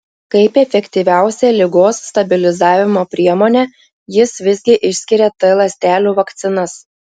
kaip efektyviausią ligos stabilizavimo priemonę jis visgi išskiria t ląstelių vakcinas